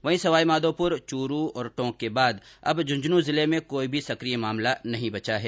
वहीं सवाई माधोपुर चूरू और टोंक के बाद अब झुंझनूं जिले में कोई भी सकिय मामला नहीं बचा है